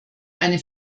eine